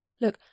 Look